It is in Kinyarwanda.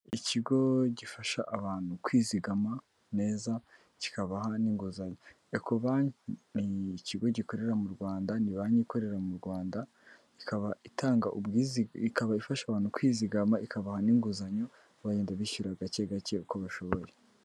Ikigo gifasha abantu kwizigama neza kikabaha n'inguzanyo. Ekobanki ni ikigo gikorera mu Rwanda, ni banki ikorera mu Rwanda, ikaba itanga ubwizi, ikaba ifasha abantu kwizigama, ikabaha n'inguzanyo bagenda bishyura gake gake uko bashoboye.